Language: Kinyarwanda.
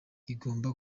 igomba